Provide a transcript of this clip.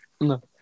No